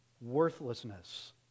worthlessness